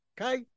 okay